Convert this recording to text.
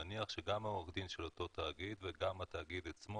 נניח שגם עורך הדין של אותו תאגיד וגם התאגיד עצמו,